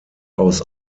aus